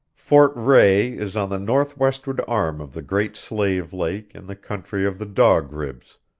fort rae is on the northwestward arm of the great slave lake in the country of the dog ribs,